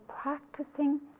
practicing